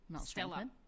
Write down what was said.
Stella